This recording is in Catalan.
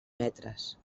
metres